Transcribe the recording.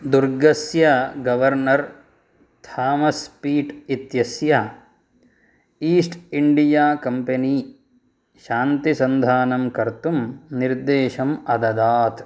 दुर्गस्य governor Thomas Pitt इत्यस्य East India Company शान्तिसन्धानं कर्तुं निर्देशम् अददात्